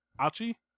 Achi